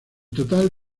total